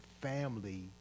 family